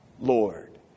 Lord